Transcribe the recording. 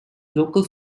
local